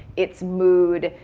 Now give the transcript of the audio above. it's mood.